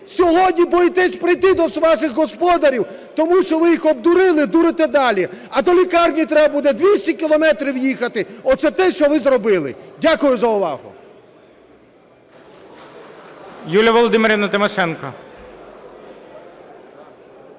сьогодні боїтесь прийти до ваших господарів, тому що ви їх обдурили і дурите далі. А до лікарні треба буде 200 кілометрів їхати. Оце те, що ви зробили. Дякую за увагу.